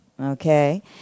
okay